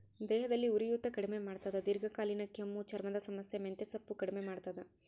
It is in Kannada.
ದೇಹದಲ್ಲಿ ಉರಿಯೂತ ಕಡಿಮೆ ಮಾಡ್ತಾದ ದೀರ್ಘಕಾಲೀನ ಕೆಮ್ಮು ಚರ್ಮದ ಸಮಸ್ಯೆ ಮೆಂತೆಸೊಪ್ಪು ಕಡಿಮೆ ಮಾಡ್ತಾದ